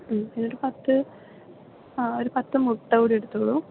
പിന്നൊരു പത്ത് ആ ഒരു പത്ത് മുട്ട കൂടി എടുത്തോളു